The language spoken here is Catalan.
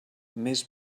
més